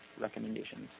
recommendations